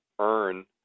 earn